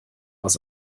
was